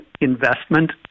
investment